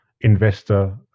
investor